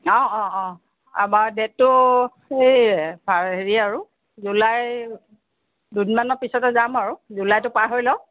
অ' অ' অ' বাৰু ডে'টটো সেই হেৰি আৰু জুলাই দুদিনমানৰ পিছতে যাম আৰু জুলাইটো পাৰ হৈ লওঁক